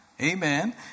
Amen